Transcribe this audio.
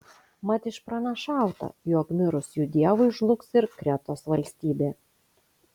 mat išpranašauta jog mirus jų dievui žlugs ir kretos valstybė